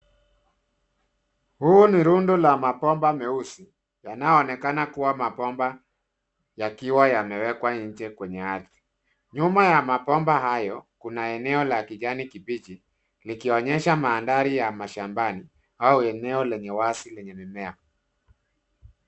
Huu ni rundo la mabomba meusi, yanaoonekana kuwa mabomba ,yakiwa yamewekwa nje kwenye ardhi . Nyuma ya mabomba hayo, kuna eneo la kijani kibichi, likionyesha mandhari ya mashambani au eneo lenye wazi lenye mimea.